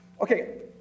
okay